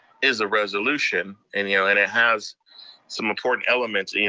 is a resolution, and you know and it has some important elements, and